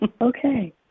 Okay